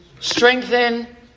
Strengthen